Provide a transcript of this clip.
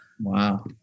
Wow